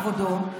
כבודו,